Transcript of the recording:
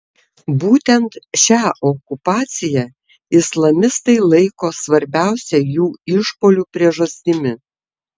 būtent šią okupaciją islamistai laiko svarbiausia jų išpuolių priežastimi